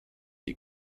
die